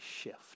shift